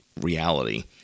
reality